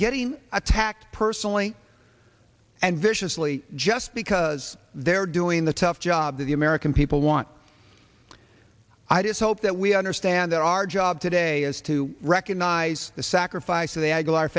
getting attacked personally and viciously just because they're doing the tough job that the american people want i just hope that we understand that our job today is to recognize the sacrifice